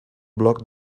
bloc